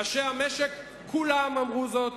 ראשי המשק כולם אמרו זאת.